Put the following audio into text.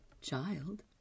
child